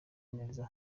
neza